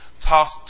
tossed